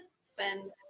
Send